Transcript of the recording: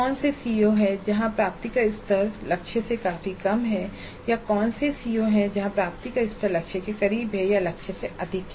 कौन से सीओ हैं जहां प्राप्ति का स्तर लक्ष्य से काफी कम है या कौन से सीओ हैं जहां प्राप्ति स्तर लक्ष्य के करीब हैं या लक्ष्य से अधिक हैं